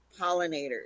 pollinators